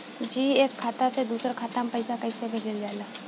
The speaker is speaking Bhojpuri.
जी एक खाता से दूसर खाता में पैसा कइसे भेजल जाला?